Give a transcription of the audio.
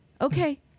okay